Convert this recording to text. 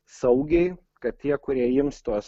saugiai kad tie kurie ims tuos